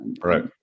right